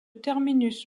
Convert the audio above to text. terminus